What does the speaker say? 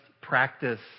practice